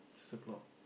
six o-clock